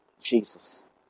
Jesus